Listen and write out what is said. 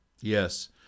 Yes